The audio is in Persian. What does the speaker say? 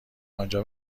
آنجا